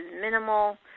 minimal